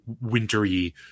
wintery